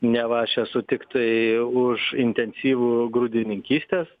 neva aš esu tiktai už intensyvų grūdininkystės